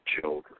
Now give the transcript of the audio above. children